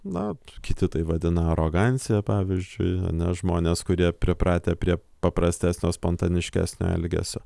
na kiti tai vadina arogancija pavyzdžiui nes žmonės kurie pripratę prie paprastesnio spontaniškesnio elgesio